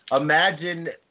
imagine